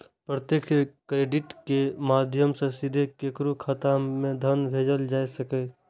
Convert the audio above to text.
प्रत्यक्ष क्रेडिट के माध्यम सं सीधे केकरो खाता मे धन भेजल जा सकैए